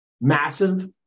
massive